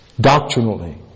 doctrinally